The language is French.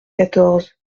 quatorze